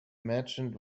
merchant